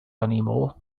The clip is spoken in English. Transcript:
anymore